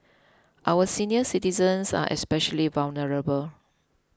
our senior citizens are especially vulnerable